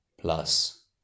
plus